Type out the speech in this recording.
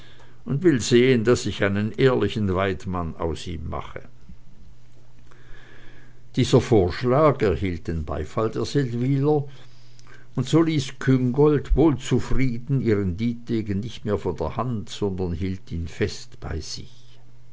und will sehen daß ich einen ehrlichen weidmann aus ihm mache dieser vorschlag erhielt den beifall der seldwyler und so ließ küngolt wohl zufrieden ihren dietegen nicht mehr von der hand sondern hielt ihn fest bei sich